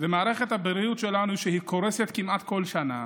ומערכת הבריאות שלנו היא קורסת כמעט כל שנה.